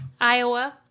Iowa